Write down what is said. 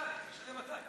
מתי, השאלה מתי.